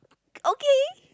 okay